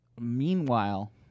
Meanwhile